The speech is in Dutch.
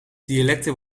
dialecten